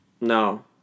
No